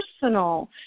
personal